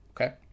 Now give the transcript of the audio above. okay